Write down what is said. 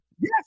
Yes